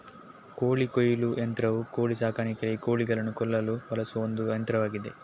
ಕೋಳಿ ಕೊಯ್ಲು ಯಂತ್ರವು ಕೋಳಿ ಸಾಕಾಣಿಕೆಯಲ್ಲಿ ಕೋಳಿಗಳನ್ನು ಕೊಲ್ಲಲು ಬಳಸುವ ಒಂದು ಯಂತ್ರವಾಗಿದೆ